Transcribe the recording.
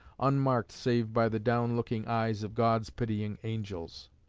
unmarked save by the down-looking eyes of god's pitying angels.